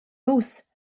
nus